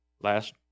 Last